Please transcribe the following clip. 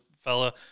fella